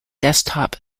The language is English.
desktop